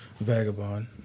Vagabond